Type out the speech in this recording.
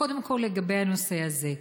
קודם כול לגבי הנושא הזה.